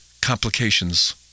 complications